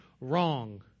wrong